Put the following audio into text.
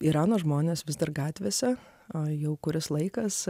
irano žmonės vis dar gatvėse o jau kuris laikas